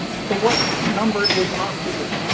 so, what number is oxygen?